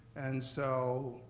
and so